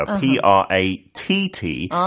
P-R-A-T-T